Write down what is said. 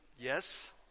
Yes